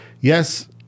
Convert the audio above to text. Yes